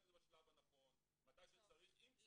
להביא ראיות אז אנחנו נראה את זה בשלב הנכון ומתי שצריך ואם צריך.